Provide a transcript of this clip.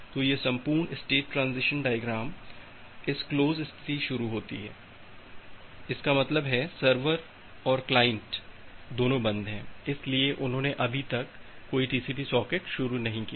तो यह संपूर्ण स्टेट ट्रांजीशन प्रक्रिया इस क्लोज स्थिति शुरू होती है इसका मतलब है सर्वर और क्लाइंट दोनों बंद हैं इसलिए उन्होंने अभी तक कोई टीसीपी सॉकेट शुरू नहीं किया है